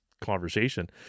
conversation